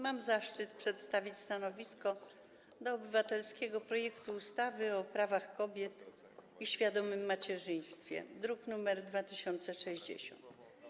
Mam zaszczyt przedstawić stanowisko wobec obywatelskiego projektu ustawy o prawach kobiet i świadomym rodzicielstwie, druk nr 2060.